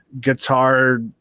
guitar